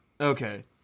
Okay